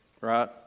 right